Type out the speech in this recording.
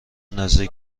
نزدیک